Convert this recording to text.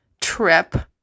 trip